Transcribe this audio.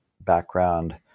background